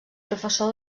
professor